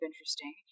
interesting